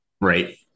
right